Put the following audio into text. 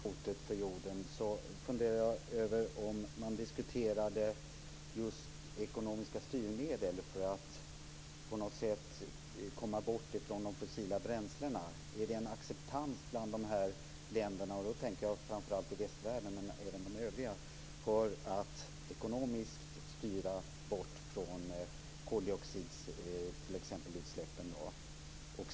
Fru talman! Eftersom klimatförändringarna är det stora hotet för jorden funderar jag över om man diskuterade just ekonomiska styrmedel för att på något sätt komma bort från de fossila bränslena. Finns det en acceptans bland länderna - jag tänker framför allt på dem i västvärlden, men även de övriga - för att ekonomiskt styra bort från t.ex. koldioxidutsläppen?